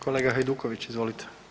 Kolega Hajduković izvolite.